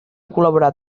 col·laborat